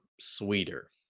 sweeter